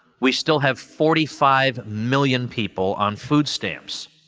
we still have forty five million people on food stamps.